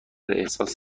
احساس